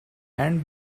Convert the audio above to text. and